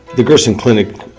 the gerson clinic,